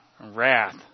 wrath